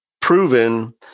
proven